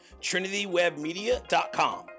trinitywebmedia.com